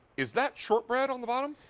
is that shortbread on the bottom?